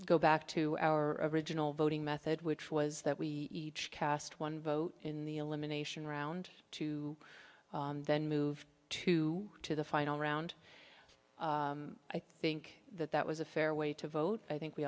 go back to our original voting method which was that we cast one vote in the elimination round to then move to to the final round i think that that was a fair way to vote i think we